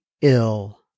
ill